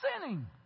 sinning